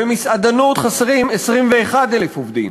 במסעדנות חסרים 21,000 עובדים,